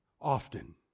often